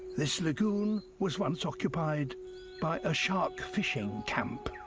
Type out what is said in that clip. this lagoon was once occupied by a shark fishing camp.